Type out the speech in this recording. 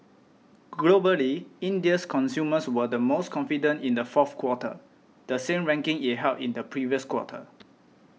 globally India's consumers were the most confident in the fourth quarter the same ranking it held in the previous quarter